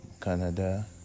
Canada